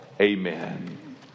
Amen